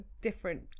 different